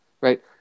right